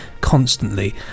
constantly